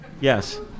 Yes